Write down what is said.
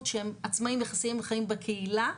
מוגבלות, שהם עצמאיים וחיים בקהילה.